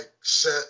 set